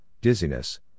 dizziness